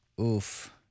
oof